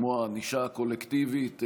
כמו ענישה קולקטיבית,